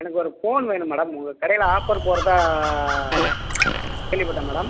எனக்கு ஒரு ஃபோன் வேணும் மேடம் உங்கள் கடையில் ஆஃபர் போகிறதா கேள்விப்பட்டேன் மேடம்